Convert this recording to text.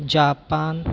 Japan